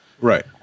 Right